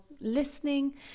listening